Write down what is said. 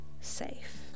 safe